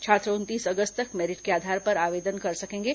छात्र उनतीस अगस्त तक मेरिट के आधार पर आवेदन कर सकेंगे